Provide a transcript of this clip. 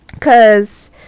Cause